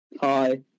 Hi